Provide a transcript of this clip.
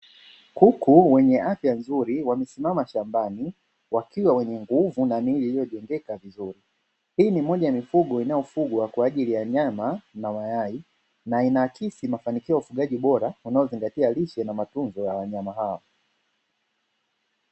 Kuku wenye afya nzuri wamesimama shambani wakiwa wenye nguvu na miili iliyojengeka vizuri, hii ni moja ya mifugo inayofugwa kwa ajili ya nyama na mayai na inaakisi mafanikio ya ufugaji bora unaozingatia lishe na matunzo ya wanyama hawa.